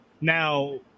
Now